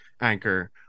anchor